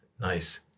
Nice